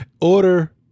order